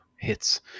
hits